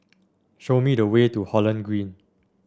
show me the way to Holland Green